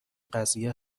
قضیه